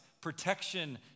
protection